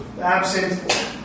absent